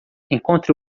encontre